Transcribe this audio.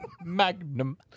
magnum